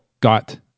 got